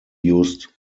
used